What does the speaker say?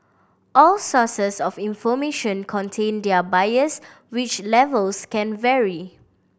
all sources of information contain their bias which levels can vary